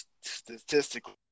statistically